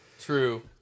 True